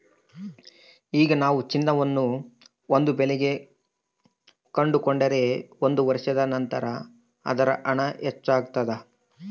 ಈಗ ನಾವು ಚಿನ್ನವನ್ನು ಒಂದು ಬೆಲೆಗೆ ಕೊಂಡುಕೊಂಡರೆ ಒಂದು ವರ್ಷದ ನಂತರ ಅದರ ಹಣ ಹೆಚ್ಚಾಗ್ತಾದ